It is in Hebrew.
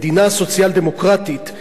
מדינה סוציאל-דמוקרטית,